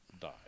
die